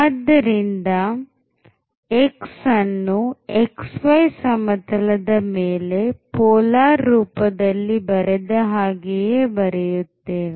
ಆದ್ದರಿಂದ x ಅನ್ನು xy ಸಮತಲದ ಮೇಲೆ ಪೋಲಾರ್ ರೂಪದಲ್ಲಿ ಬರೆದ ಹಾಗೆಯೇ ಬರೆಯುತ್ತೇವೆ